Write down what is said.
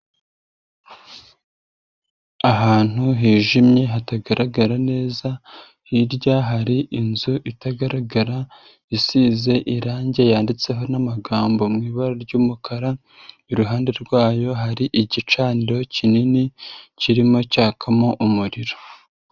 Ahantu hijimye hatagaragara neza, hirya hari inzu itagaragara neza, isize irangi yanditseho n'amagambo mu ibara ry'umukara, iruhande rwayo hari igicaniro kinini kirimo cyakamo umuriro.